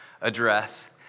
address